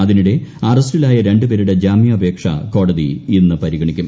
അതിനിടെ അറസ്റ്റിലായ രണ്ടുപേരുടെ ജാമ്യാപേക്ഷ കോടതി ഇന്ന് പരിഗണിക്കും